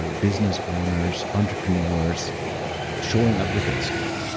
ah business owners, entrepreneurs showing up with that skill.